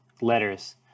letters